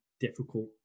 difficult